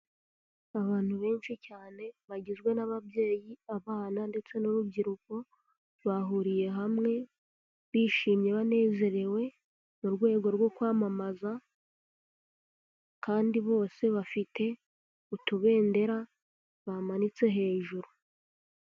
Abantu benshi cyane bagizwe n'ababyeyi, abana ndetse n'urubyiruko, bahuriye hamwe, bishimye banezerewe mu rwego rwo kwamamaza kandi bose bafite utubendera bamanitse hejuru.